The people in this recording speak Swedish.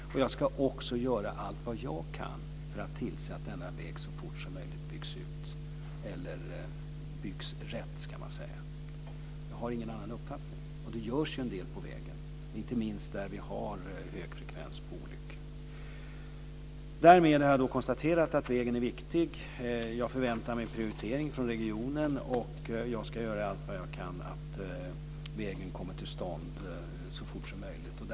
Och jag ska också göra allt som jag kan för att tillse att denna väg så fort som möjligt byggs ut eller byggs rätt, ska man säga. Jag har ingen annan uppfattning. Och det görs ju en del på vägen, inte minst där det är en hög olycksfrekvens. Därmed har jag konstaterat att vägen är viktig. Jag förväntar mig en prioritering från regionen, och jag ska göra allt vad jag kan för att vägen ska komma till stånd så fort som möjligt.